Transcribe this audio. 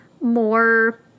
more